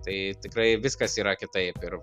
tai tikrai viskas yra kitaip ir